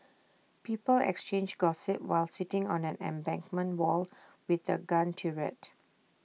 people exchanged gossip while sitting on an embankment wall with A gun turret